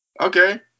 Okay